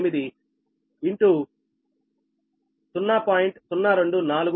02078 0